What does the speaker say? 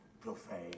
profane